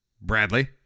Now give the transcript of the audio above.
Bradley